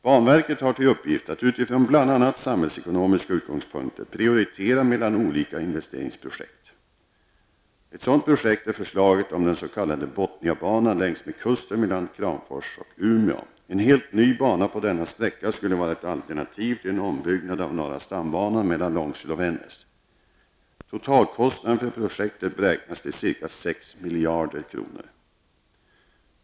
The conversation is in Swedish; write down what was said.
Banverket har till uppgift att utifrån bl.a. samhällsekonomiska utgångspunkter prioritera mellan olika investeringsprojekt. Ett sådant projekt är förslaget om den s.k. Botniabanan längs kusten mellan Kramfors och Umeå. En helt ny bana på denna sträcka skulle vara ett alternativ till en ombyggnad av norra stambanan mellan Långsele och Vännäs. Totalkostnaden för projektet beräknas till ca 6 miljarder kronor.